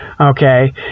okay